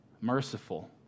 merciful